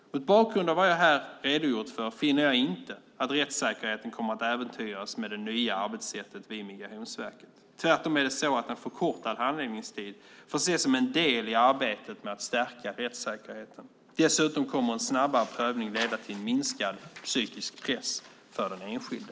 Mot bakgrund av vad jag här redogjort för finner jag inte att rättssäkerheten kommer att äventyras med det nya arbetssättet vid Migrationsverket. Tvärtom får en förkortad handläggningstid ses som en del i arbetet med att stärka rättssäkerheten. Dessutom kommer en snabbare prövning att leda till en minskad psykisk press för den enskilde.